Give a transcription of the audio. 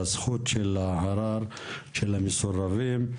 לזכות של הערר של המסורבים.